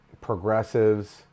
progressives